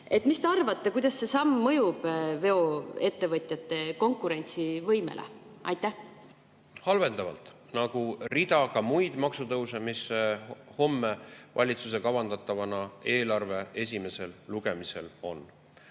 Mis te arvate, kuidas see samm mõjub veoettevõtjate konkurentsivõimele? Halvendavalt, nagu ka rida muid maksutõuse, mis homme valitsuse kavandatavana eelarve esimesel lugemisel on.